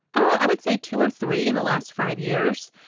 i would say two or three in the last five years.